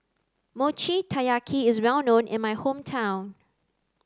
Mochi Taiyaki is well known in my hometown